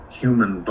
human